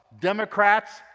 Democrats